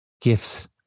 Gifts